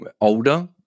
older